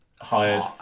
hired